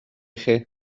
chi